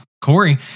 Corey